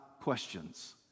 questions